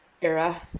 era